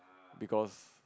because